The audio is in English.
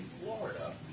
Florida